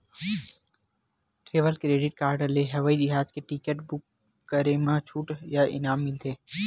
travel credit card ले हवई जहाज के टिकट बूक करे म छूट या इनाम मिलथे